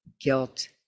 guilt